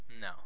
No